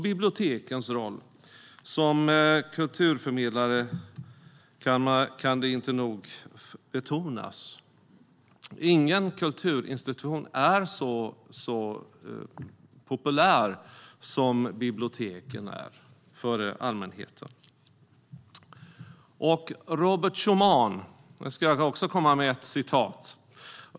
Bibliotekens roll som kulturförmedlare kan inte nog betonas. Ingen kulturinstitution är så populär hos allmänheten som biblioteken. Nu ska jag också komma med ett citat.